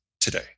today